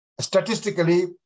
statistically